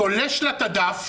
תולש לה את הדף,